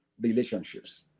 relationships